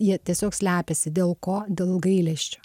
jie tiesiog slepiasi dėl ko dėl gailesčio